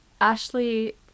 Ashley